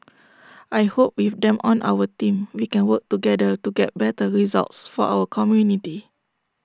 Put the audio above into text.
I hope with them on our team we can work together to get better results for our community